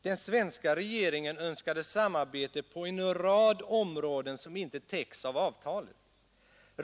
Den svenska regeringen önskade samarbete på en rad områden som inte täcks av avtalet.